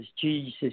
Jesus